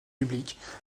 publiques